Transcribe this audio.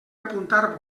apuntar